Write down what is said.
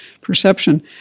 perception